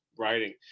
writing